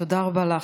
תודה רבה לך.